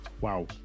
Wow